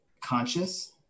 conscious